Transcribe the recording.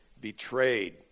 betrayed